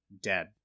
dead